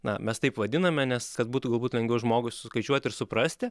na mes taip vadiname nes kad būtų galbūt lengviau žmogui suskaičiuoti ir suprasti